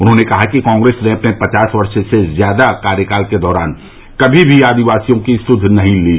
उन्होंने कहा कि कांग्रेस ने अपने पचास वर्ष से ज्यादा कार्यकाल के दौरान कभी भी आदिवासियों की सुध नहीं ली